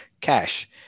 cash